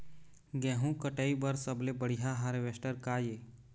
गेहूं कटाई बर सबले बढ़िया हारवेस्टर का ये?